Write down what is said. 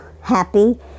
happy